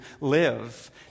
live